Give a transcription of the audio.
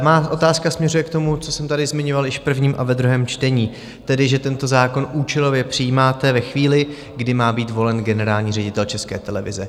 Má otázka směřuje k tomu, co jsem tady zmiňoval již v prvním a ve druhém čtení, tedy že tento zákon účelově přijímáte ve chvíli, kdy má být volen generální ředitel České televize.